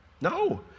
No